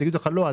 יגידו לך לא,